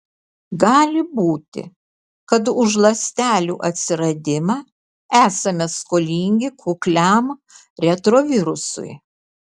gali būti kad už ląstelių atsiradimą esame skolingi kukliam retrovirusui